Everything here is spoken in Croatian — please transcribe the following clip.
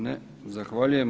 Ne, zahvaljujem.